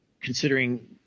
considering